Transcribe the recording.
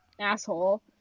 asshole